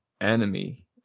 enemy